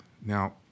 Now